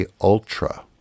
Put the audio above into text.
Ultra